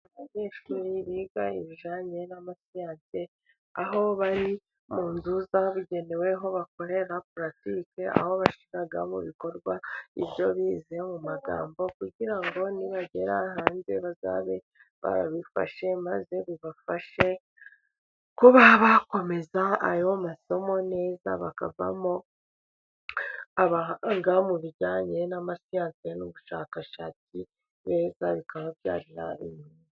Abanyeshuri biga ibijyananye n'amasiyanse, aho bari mu nzu zabigenewe bakorera paratike, aho bashyira mu bikorwa ibyo bize mu magambo, kugira ngo nibagera hanze bazabe babifashe, maze bibafashe kuba bakomeza ayo masomo neza, bakavamo abahanga mu bijyanye n'amasiyasi n'ubushakashatsi beza, bikaba byari......